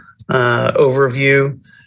overview